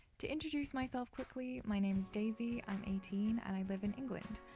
to introduce myself quickly, my name is daisy, i'm eighteen and i live in england.